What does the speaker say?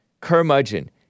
curmudgeon